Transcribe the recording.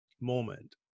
moment